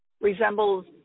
resembles